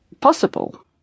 possible